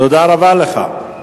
תודה רבה לך.